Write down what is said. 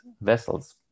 vessels